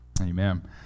Amen